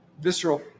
visceral